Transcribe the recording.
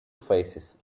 faces